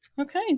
Okay